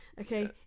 okay